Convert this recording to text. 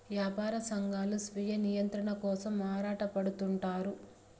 యాపార సంఘాలు స్వీయ నియంత్రణ కోసం ఆరాటపడుతుంటారు